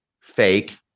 fake